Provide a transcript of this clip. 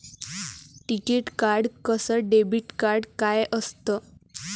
टिकीत कार्ड अस debit card काय असत?